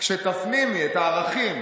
כשתפנימי את הערכים